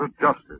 justice